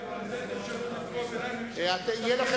קריאות ביניים למי, תהיה לכם